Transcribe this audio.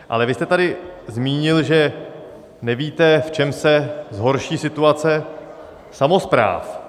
Ale vy jste tady zmínil, že nevíte, v čem se zhorší situace samospráv.